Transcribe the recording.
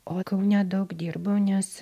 o kaune daug dirbau nes